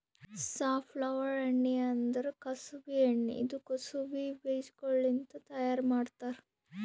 safflower ಎಣ್ಣಿ ಅಂದುರ್ ಕುಸುಬಿ ಎಣ್ಣಿ ಇದು ಕುಸುಬಿ ಬೀಜಗೊಳ್ಲಿಂತ್ ತೈಯಾರ್ ಮಾಡ್ತಾರ್